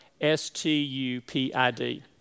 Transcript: S-T-U-P-I-D